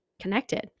connected